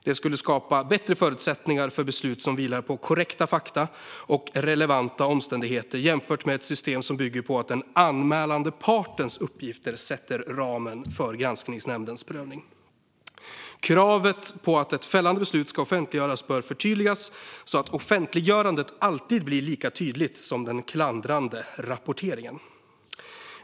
Det skulle skapa bättre förutsättningar för beslut som vilar på korrekta fakta och relevanta omständigheter, jämfört med ett system som bygger på att den anmälande partens uppgifter sätter ramen för granskningsnämndens prövning. Kravet på att ett fällande beslut ska offentliggöras bör förtydligas så att offentliggörandet alltid blir lika tydligt som den klandrande rapporteringen.